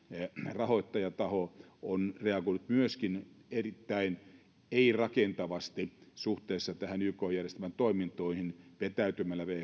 rahoittajataho on reagoinut myöskin erittäin ei rakentavasti suhteessa näihin yk järjestelmän toimintoihin vetäytymällä whon